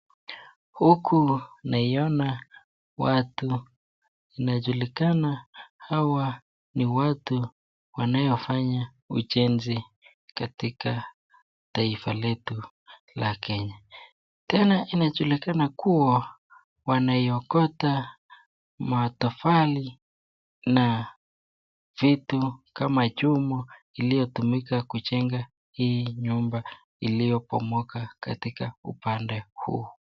Watu wanaojulikana kuwa wanafanya ujenzi katika taifa letu la Kenya wanaiokota matofali na vitu kama chuma ilitumika kujenga hii nyumba iliyobomoka katika upande huu.